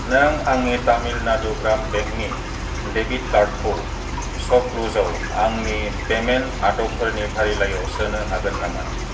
नों आंनि तामिल नाडु ग्राम बेंकनि डेबिट कार्डखौ सपक्लुसाव आंनि पेमेन्ट आदबफोरनि फारिलाइयाव सोनो हागोन नामा